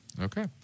okay